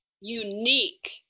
unique